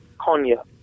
Konya